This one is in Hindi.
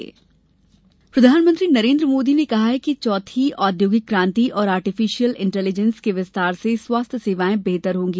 प्रधानमंत्री प्रधानमंत्री नरेन्द्र मोदी ने कहा है कि चौथी औद्योगिक कांति और आर्टिफीशियल इण्टलीजेंस के विस्तार से स्वास्थ्य सेवायें बेहतर होंगी